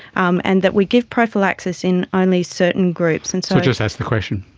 um and that we give prophylaxis in only certain groups. and so just ask the question.